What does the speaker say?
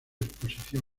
exposición